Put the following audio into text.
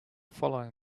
following